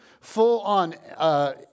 full-on